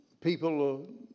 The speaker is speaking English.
people